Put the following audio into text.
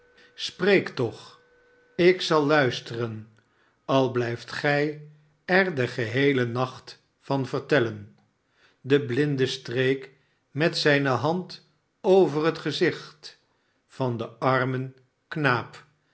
spreek toch ik zal luisteren al blijft gij er den geheelen nacht van vertellen de blinde streek met zijne hand over het gezicht van den armen knaap